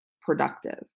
productive